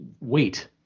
wait